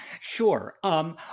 Sure